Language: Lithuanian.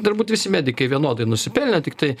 turbūt visi medikai vienodai nusipelnė tiktai